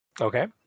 Okay